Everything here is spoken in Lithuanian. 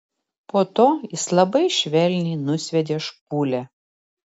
po to jis labai švelniai nusviedė špūlę